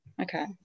okay